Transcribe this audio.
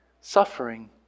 suffering